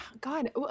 god